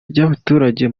ry’abaturage